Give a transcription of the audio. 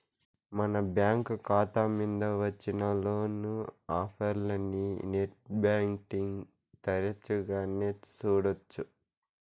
మన బ్యాంకు కాతా మింద వచ్చిన లోను ఆఫర్లనీ నెట్ బ్యాంటింగ్ తెరచగానే సూడొచ్చు